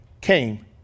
came